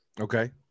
Okay